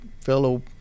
fellow